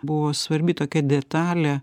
buvo svarbi tokia detalė